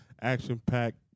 action-packed